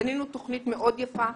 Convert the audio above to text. בנינו תוכנית מאוד יפה.